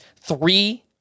three